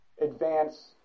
advance